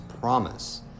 promise